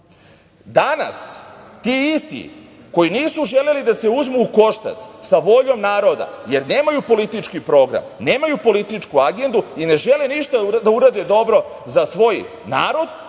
ti isti koji nisu želeli da se uzmu u koštac sa voljom naroda, jer nemaju politički program, nemaju političku agendu i ne žele ništa da urade dobro za svoj narod,